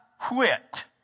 quit